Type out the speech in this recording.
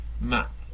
map